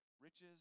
riches